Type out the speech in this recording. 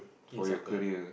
need soccer